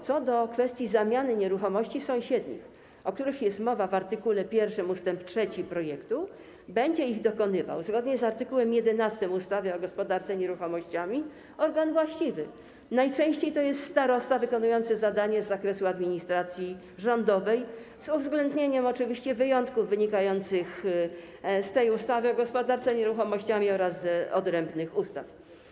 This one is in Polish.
Co do kwestii zamiany nieruchomości sąsiadujących, o której mowa w art. 1 ust. 3 projektu, będzie jej dokonywał zgodnie z art. 11 ustawy o gospodarce nieruchomościami organ właściwy - najczęściej jest to starosta wykonujący zadania z zakresu administracji rządowej - z uwzględnieniem oczywiście wyjątków wynikających z ustawy o gospodarce nieruchomościami oraz z odrębnych ustaw.